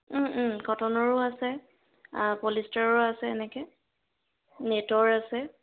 কটনৰো আছে পলিষ্টাৰ আছে এনেকৈ নেটৰ আছে